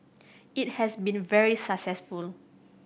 it has been very successful